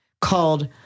called